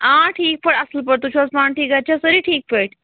آ ٹھیٖک پٲٹھۍ اَصٕل پٲٹھۍ تُہۍ چھِو حظ پانہٕ ٹھیٖک گَرِ چھا سٲری ٹھیٖک پٲٹھۍ